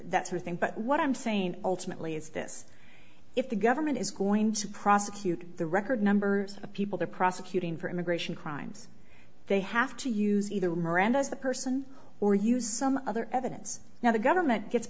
one thing but what i'm saying ultimately is this if the government is going to prosecute the record numbers of people they're prosecuting for immigration crimes they have to use either miranda as the person or use some other evidence now the government gets